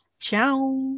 Ciao